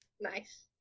Nice